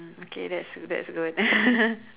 mm okay that's that's good